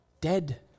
dead